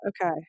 okay